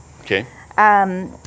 Okay